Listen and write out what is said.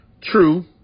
True